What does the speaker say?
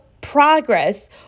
progress